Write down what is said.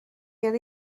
یاد